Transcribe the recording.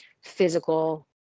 physical